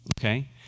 okay